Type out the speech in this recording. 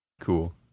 Cool